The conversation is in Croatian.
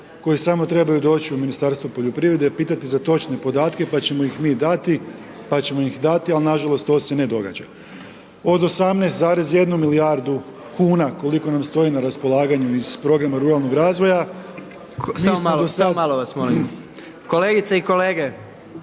koji samo trebaju doći u Ministarstvo poljoprivrede pitati za točne podatke, pa ćemo ih mi dati, pa ćemo ih dati, ali nažalost, to se ne događa. Od 18,1 milijardu kn, koliko nam stoji na raspolaganju iz programa ruralnog razvoja, mi smo do sada.